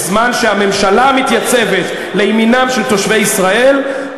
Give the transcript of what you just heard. בזמן שהממשלה מתייצבת לימינם של תושבי ישראל,